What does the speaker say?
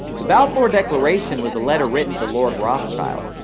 the balfour declaration was a letter written to lord rothschild,